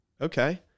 Okay